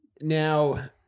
Now